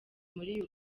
muri